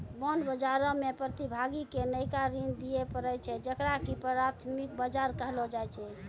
bond बजारो मे प्रतिभागी के नयका ऋण दिये पड़ै छै जेकरा की प्राथमिक बजार कहलो जाय छै